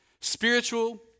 Spiritual